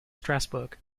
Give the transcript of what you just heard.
strasbourg